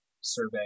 survey